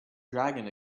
dragon